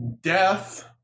Death